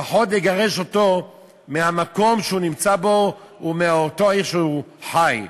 לפחות לגרש אותו מהמקום שהוא נמצא בו ומאותה עיר שהוא חי בה?